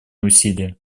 усилия